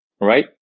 right